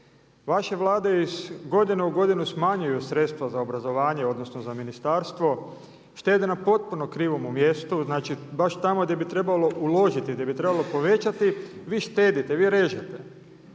Vaše Vlade iz godine u godinu smanjuju sredstva za obrazovanje, odnosno za ministarstvo, štede na potpuno krivom mjestu znači baš tamo gdje bi trebalo uložiti, gdje bi trebalo povećati vi štedite, vi režete.